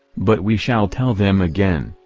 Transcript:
but we shall tell them again,